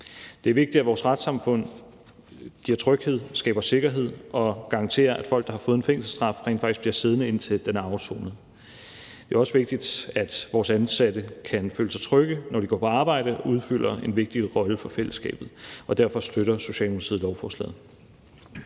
Det er vigtigt, at vores retssamfund giver tryghed og skaber sikkerhed og garanterer, at folk, der har fået en fængselsstraf, rent faktisk bliver siddende, indtil den er afsonet. Det er også vigtigt, at vores ansatte kan føle sig trygge, når de går på arbejde og udfylder en vigtig rolle for fællesskabet. Derfor støtter Socialdemokratiet lovforslaget.